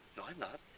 i'm not.